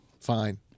Fine